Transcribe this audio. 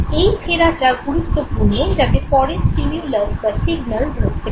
এই ফেরাটা গুরুত্বপূর্ণ যাতে পরের স্টিমিউলাস বা সিগ্নাল ধরতে পারে